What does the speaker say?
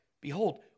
Behold